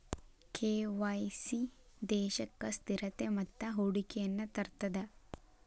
KYC ದೇಶಕ್ಕ ಸ್ಥಿರತೆ ಮತ್ತ ಹೂಡಿಕೆಯನ್ನ ತರ್ತದ